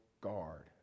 guard